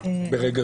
ברגע